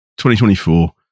2024